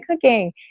cooking